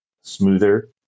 smoother